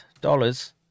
dollars